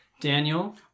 Daniel